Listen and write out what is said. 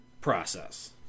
Process